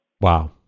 Wow